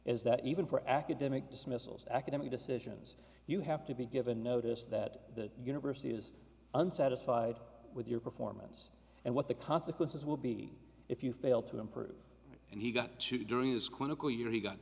is that even for academic dismissals academic decisions you have to be given notice that the university is unsatisfied with your performance and what the consequences will be if you fail to improve and he got to during his clinical year he got